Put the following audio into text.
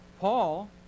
Paul